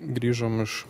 grįžom iš